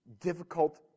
Difficult